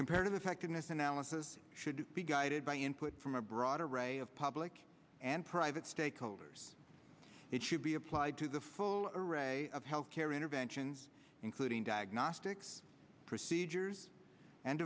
comparative effectiveness analysis should be guided by input from a broad array of public and private stakeholders it should be applied to the full array of health care interventions including diagnostics procedures and